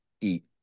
eat